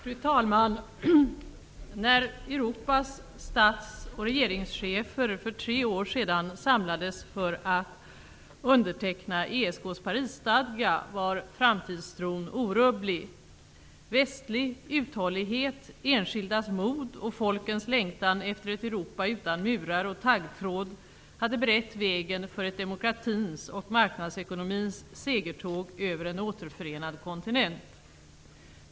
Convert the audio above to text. Fru talman! När Europas stats och regeringschefer för tre år sedan samlades för att underteckna ESK:s Parisstadga var framtidstron orubblig. Västlig uthållighet, enskildas mod och folkens längtan efter ett Europa utan murar och taggtråd hade berett vägen för ett demokratins och marknadsekonomins segertåg över en återförenad kontinent.